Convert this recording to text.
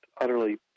utterly